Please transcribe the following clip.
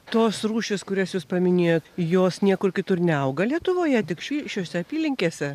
tos rūšys kurias jūs paminėjo jos niekur kitur neauga lietuvoje tik šį šiose apylinkėse